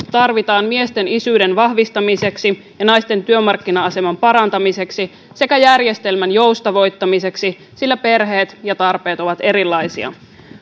tarvitaan miesten isyyden vahvistamiseksi ja naisten työmarkkina aseman parantamiseksi sekä järjestelmän joustavoittamiseksi sillä perheet ja tarpeet ovat erilaisia